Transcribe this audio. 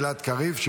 כי